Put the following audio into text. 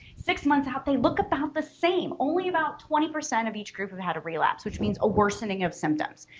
six months out they look about the same, only about twenty percent of each group have had a relapse, which means a worsening of symptoms.